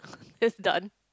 that's done